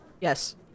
Yes